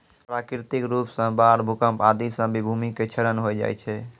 प्राकृतिक रूप सॅ बाढ़, भूकंप आदि सॅ भी भूमि के क्षरण होय जाय छै